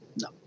no